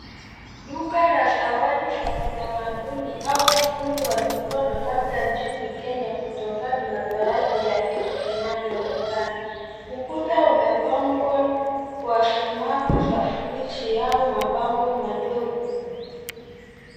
Duka la zawadi za kitamaduni au fundi wa mikono labda nchini Kenya kutokana na baadhi ya vitu vinavyoonekana. Ukuta imepambwa kwa sumaku za friji yao mapambo madogo.